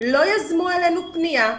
'לא יזמו אלינו פניה,